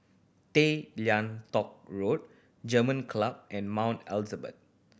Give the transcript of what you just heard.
Tay Lian Teck Road German Club and Mount Elizabeth